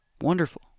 wonderful